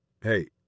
Hey